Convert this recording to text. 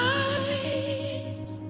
eyes